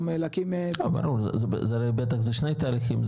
לא ברור זה הרי בטח זה שני תהליכים,